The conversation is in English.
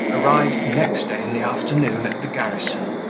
arrived next day in the afternoon at the garrison,